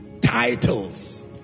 Titles